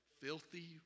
filthy